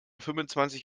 fünfundzwanzig